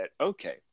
okay